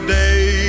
day